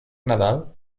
nadal